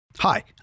Hi